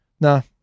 No